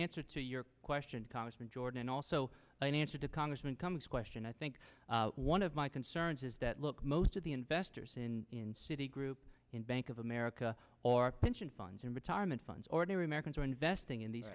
answer to your question congressman jordan and also an answer to congressman cummings question i think one of my concerns is that look most of the investors in in citi group in bank of america or pension funds and retirement funds ordinary americans are investing in these